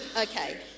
Okay